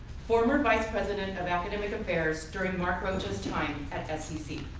former vice president of academic affairs during mark rocha's time at scc.